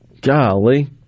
Golly